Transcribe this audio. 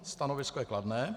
Stanovisko je kladné.